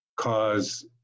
cause